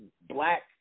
black